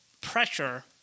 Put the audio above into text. pressure